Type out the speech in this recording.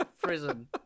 prison